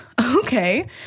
okay